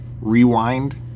Rewind